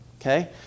okay